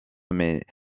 mais